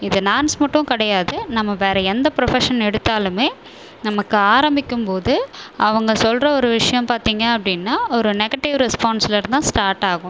இது டான்ஸ் மட்டும் கிடையாது நம்ம வேறு எந்த ப்ரொஃபஷன் எடுத்தாலுமே நமக்கு ஆரம்மிக்கும் போது அவங்க சொல்கிற ஒரு விஷயம் பார்த்தீங்க அப்படின்னா ஒரு நெகட்டிவ் ரெஸ்பான்ஸ்லேருந்துதா ஸ்டார்ட் ஆகும்